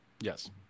Yes